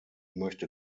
möchte